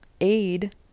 aid